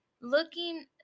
looking